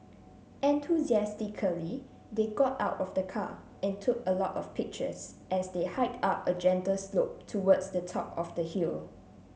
enthusiastically they got out of the car and took a lot of pictures as they hiked up a gentle slope towards the top of the hill